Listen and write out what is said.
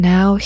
Now